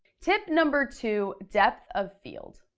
tip number two, depth of field.